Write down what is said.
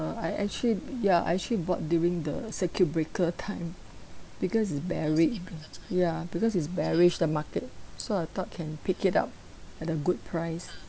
uh I actually ya I actually bought during the circuit breaker time because it's beari~ ya because it's bearish the market so I thought can pick it up at a good price